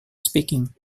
speaking